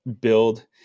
build